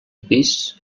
pis